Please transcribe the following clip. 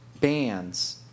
bands